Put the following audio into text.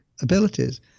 abilities